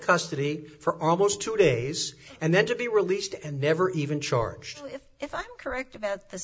custody for almost two days and then to be released and never even charged if if i'm correct